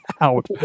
Out